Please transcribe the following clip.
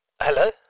Hello